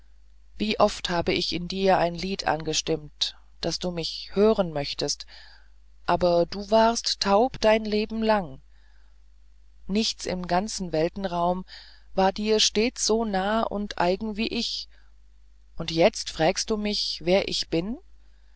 wie oft habe ich in dir ein lied angestimmt daß du mich hören möchtest aber du warst taub dein leben lang nichts im ganzen weltenraum war dir stets so nah und eigen wie ich und jetzt frägst du mich wer ich bin